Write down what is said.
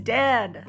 dead